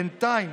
בינתיים,